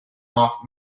off